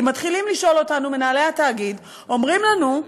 כי מתחילים לשאול אותנו מנהלי התאגיד, אומרים לנו: